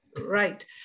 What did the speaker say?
right